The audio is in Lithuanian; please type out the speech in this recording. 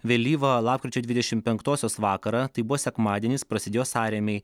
vėlyvą lapkričio dvidešimt penktosios vakarą tai buvo sekmadienis prasidėjo sąrėmiai